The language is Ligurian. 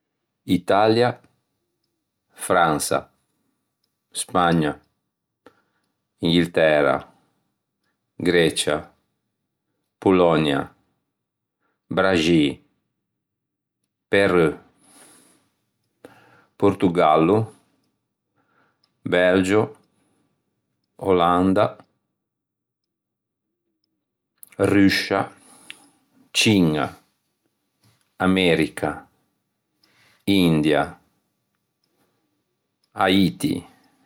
Italia, Fransa, Spagna, Inghiltæra, Grecia, Polonia, Braxî, Perù, Pòrtogallo, Belgio, Olanda, Ruscia, Ciña, America, India, Haiti